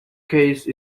case